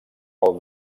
pel